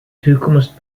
toekomst